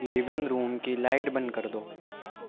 living room کی light بند کر دو